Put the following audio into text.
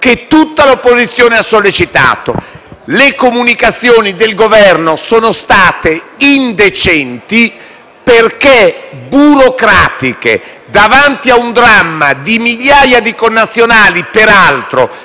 che tutta l'opposizione ha sollecitato. Le comunicazioni del Governo sono state indecenti, perché burocratiche. Davanti al dramma di migliaia di connazionali, che